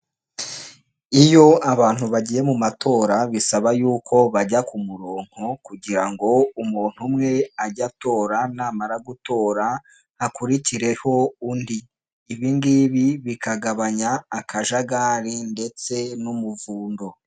Iyo abantu bagiye mu matora bisaba yuko bajya ku murongonko kugira ngo umuntu umwe ajye atora namara gutora hakurikireho undi, ibingibi bikagabanya akajagari ndetse n'umuvundo.